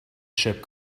ship